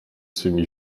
swymi